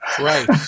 Right